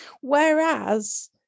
Whereas